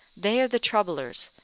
they are the troublers,